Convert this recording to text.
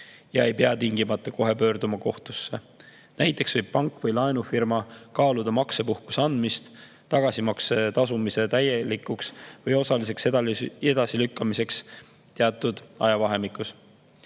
et ei peaks tingimata kohe pöörduma kohtusse. Näiteks võib pank või laenufirma kaaluda maksepuhkuse andmist tagasimakse tasumise täielikuks või osaliseks edasilükkamiseks teatud ajavahemikus.